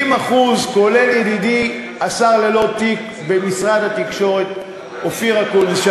כולל ידידי השר ללא תיק במשרד התקשורת אופיר אקוניס,